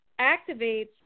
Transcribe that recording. activates